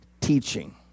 teaching